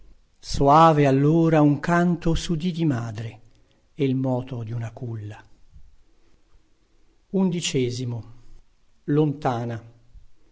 soave allora un canto sudì di madre e il moto di una culla